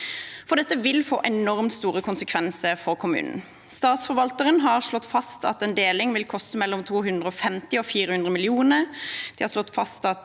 Dette vil få enormt store konsekvenser for kommunen. Statsforvalteren har slått fast at en deling vil koste 250–400 mill. kr.